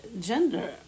gender